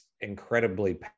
incredibly